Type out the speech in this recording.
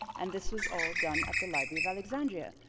and this was all done at the library of alexandria.